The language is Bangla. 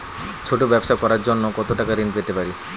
ছোট ব্যাবসা করার জন্য কতো টাকা ঋন পেতে পারি?